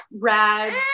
rad